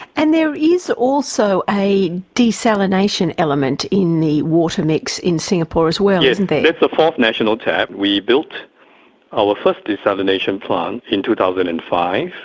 and there is also a desalination element in the water mix in singapore as well, isn't there the fourth national tap. we built our first desalination plant in two thousand and five,